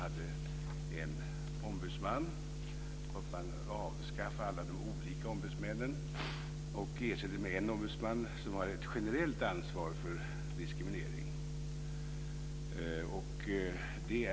Därför tycker vi naturligtvis att det bästa vore om man avskaffar de olika ombudsmännen och ersätter dem med en ombudsman som har ett generellt ansvar för diskriminering.